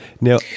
now